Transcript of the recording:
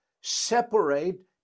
separate